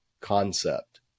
concept